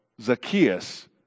Zacchaeus